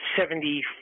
seventy